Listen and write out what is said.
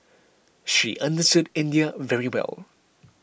she understood India very well